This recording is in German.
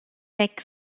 sechs